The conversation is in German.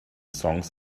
songs